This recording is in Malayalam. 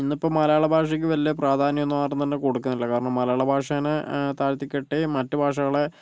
ഇന്നിപ്പോൾ മലയാളഭാഷക്ക് വല്യ പ്രാധാന്യം ഒന്നും ആരും തന്നെ കൊടുക്കാറില്ല കാരണം മലയാള ഭാഷേനെ താഴ്ത്തിക്കെട്ടി മറ്റു ഭാഷകളെ